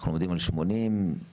אנחנו עומדים על כ-80 פעילים.